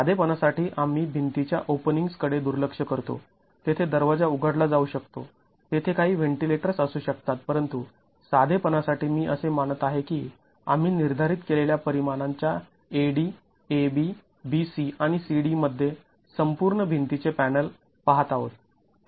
साधेपणा साठी आम्ही भिंतीच्या ओपनिंग्ज् कडे दुर्लक्ष करतो तेथे दरवाजा उघडला जाऊ शकतो तेथे काही व्हेंटिलेटर्स् असू शकतात परंतु साधेपणा साठी मी असे मानत आहे की आम्ही निर्धारित केलेल्या परिमाणांच्या A D A B B C आणि C D मध्ये संपूर्ण भिंतीचे पॅनल पाहत आहोत